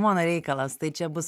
mano reikalas tai čia bus